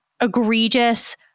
egregious